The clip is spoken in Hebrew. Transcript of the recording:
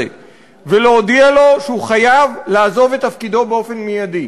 ולהודיע לו שהוא חייב לעזוב את תפקידו מייד.